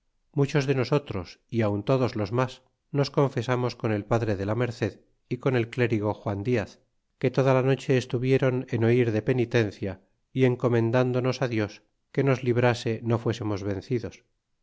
muchos de nosotros y aun todos los mas nos confesamos con el padre de la merced y con el clérigo juan diaz que toda la noche estuviéron en oir de penitencia y encomendándonos dios que nos librase no fuésemos vencidos